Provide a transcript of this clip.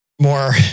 more